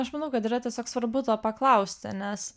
aš manau kad yra tiesiog svarbu to paklausti nes